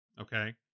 okay